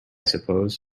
suppose